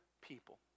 people